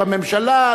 בממשלה,